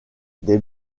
des